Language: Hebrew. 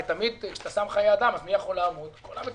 הרי תמיד כשאתה שם חיי אדם אז מי יכול לעמוד מנגד?